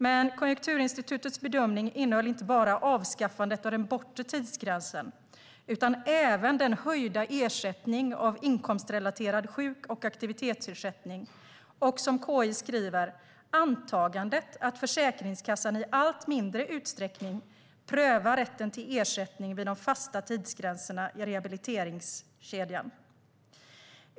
Men Konjunkturinstitutets bedömning innehöll inte bara avskaffandet av den bortre tidsgränsen utan även den höjda ersättningen av inkomstrelaterad sjuk och aktivitetsersättning, och, som KI skriver, antagandet "att Försäkringskassan i allt mindre utsträckning prövar rätten till ersättning vid de fasta tidsgränserna i rehabiliteringskedjan".